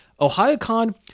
OhioCon